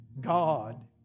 God